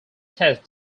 test